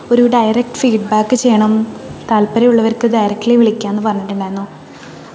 ഒരു direct feedback ചെയ്യണം താല്പര്യമുള്ളവർക്ക് ഡയറക്ടലി വിളിക്കാമെന്ന് പറഞ്ഞിട്ടുണ്ടായിരുന്നു